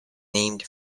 named